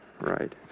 Right